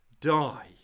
die